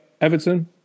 Everton